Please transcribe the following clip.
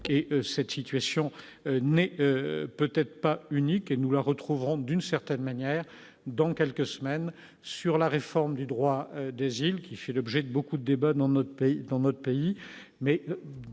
cette situation n'est peut-être pas unique et nous la retrouverons d'une certaine manière, dans quelques semaines sur la réforme du droit de Gilles, qui fait l'objet de beaucoup de débats dans notre pays,